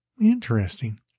interesting